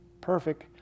perfect